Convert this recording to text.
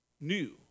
new